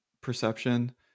perception